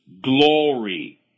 glory